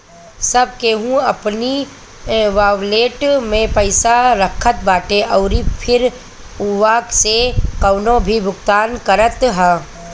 सब केहू अपनी वालेट में पईसा रखत बाटे अउरी फिर उहवा से कवनो भी भुगतान करत हअ